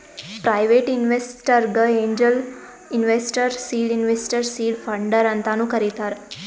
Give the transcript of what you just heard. private ಇನ್ವೆಸ್ಟರ್ಗ angel investor, seed investor, seed funder ಅಂತಾನು ಕರಿತಾರ್